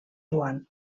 joan